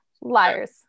Liars